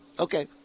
okay